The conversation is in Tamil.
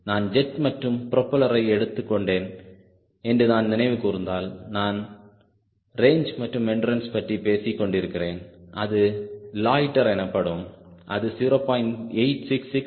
நான் ஜெட் மற்றும் ப்ரொஃபலரை எடுத்துக் கொண்டேன் என்று நான் நினைவு கூர்ந்தால் நான் ரேஞ்ச் மற்றும் எண்டுரன்ஸ் பற்றி பேசிக் கொண்டிருக்கிறேன் அது லொய்ட்டர் எனப்படும்அது 0